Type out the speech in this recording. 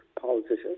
politicians